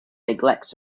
neglects